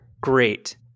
great